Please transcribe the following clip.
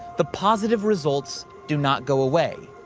the positive results do not go away.